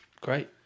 Great